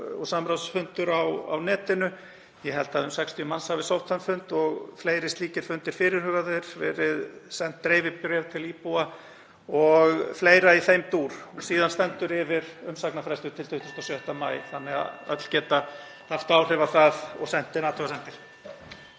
og samráðsfundur á netinu, ég held að um 60 manns hafi sótt þann fund, og fleiri slíkir fundir fyrirhugaðir. Við höfum sent dreifibréf til íbúa og fleira í þeim dúr og síðan er umsagnarfrestur til 26. maí þannig að öll geta haft áhrif á það og sent inn athugasemdir.